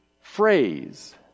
phrase